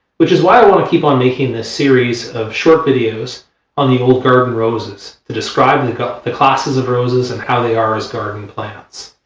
which is why i want to keep on making this series of short videos on the old garden roses to describe and the the classes of roses and how they are as garden plants.